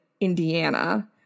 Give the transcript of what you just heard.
Indiana